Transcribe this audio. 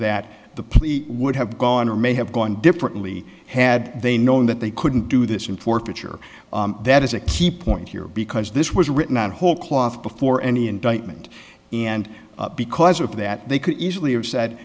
that the plea would have gone or may have gone differently had they known that they couldn't do this in forfeiture that is a key point here because this was written out of whole cloth before any indictment and because of that they could easily have said